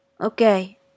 Okay